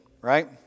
right